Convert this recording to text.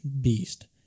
beast